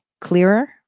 Clearer